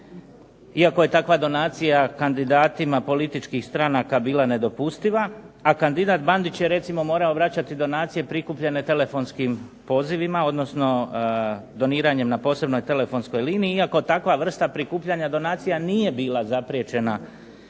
iako je takva donacija kandidatima političkih stranaka bila nedopustiva, a kandidat Bandić je recimo morao vraćati donacije prikupljene telefonskim pozivima, odnosno doniranjem na posebnoj telefonskoj liniji, iako takva vrsta prikupljanja donacija nije bila zapriječena